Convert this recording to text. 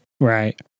Right